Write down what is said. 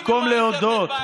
במקום להודות,